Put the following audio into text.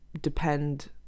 depend